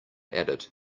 added